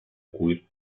cuir